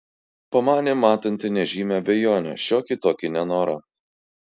pamanė matanti nežymią abejonę šiokį tokį nenorą